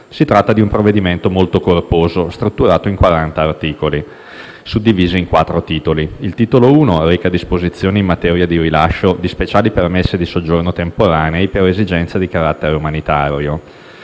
Si tratta di un provvedimento molto corposo, strutturato in 40 articoli suddivisi in quattro Titoli. Il Titolo I reca disposizioni in materia di rilascio di speciali permessi di soggiorno temporanei per esigenze di carattere umanitario,